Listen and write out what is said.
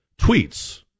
tweets